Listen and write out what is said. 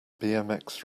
bmx